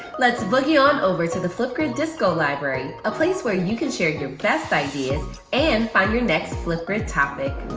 let's boogie on over to the flipgrid disco library, a place where you can share your best ideas and find your next flipgrid topic.